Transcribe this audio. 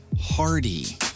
Hardy